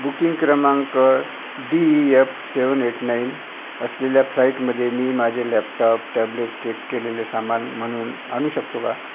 booking क्रमांक D E F seven eight nine असलेल्या फ्लाईटमध्ये मी माझे लॅपटॉप टॅबलेट चेक केलेले सामान म्हणून आणू शकतो का